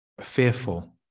fearful